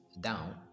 down